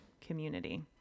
community